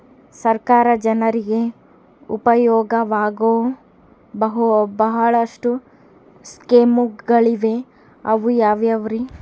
ಸರ್ಕಾರ ಜನರಿಗೆ ಉಪಯೋಗವಾಗೋ ಬಹಳಷ್ಟು ಸ್ಕೇಮುಗಳಿವೆ ಅವು ಯಾವ್ಯಾವ್ರಿ?